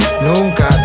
nunca